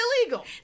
illegal